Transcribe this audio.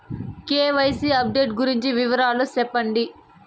KYC update గురించి వివరాలు సెప్పండి?